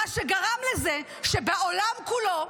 מה שגרם לזה שבעולם כולו,